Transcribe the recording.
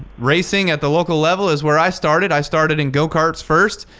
racing at the local level is where i started. i started in go karts first,